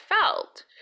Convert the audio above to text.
felt